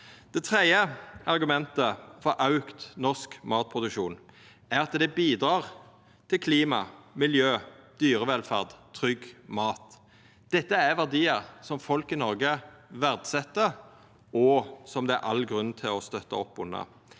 Det tredje argumentet for auka norsk matproduksjon er at det bidrar til klima, miljø, dyrevelferd og trygg mat. Dette er verdiar som folk i Noreg verdset, og som det er all grunn til å støtta opp under.